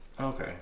Okay